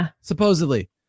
supposedly